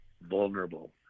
vulnerable